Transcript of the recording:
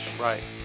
Right